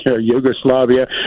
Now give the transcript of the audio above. Yugoslavia